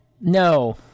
No